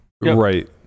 Right